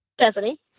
Stephanie